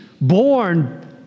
born